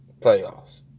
playoffs